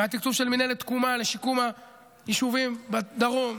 והתקצוב של מינהלת תקומה לשיקום היישובים בדרום,